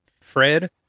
Fred